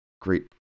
great